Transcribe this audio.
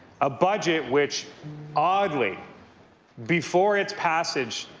a budget which oddly before its passage,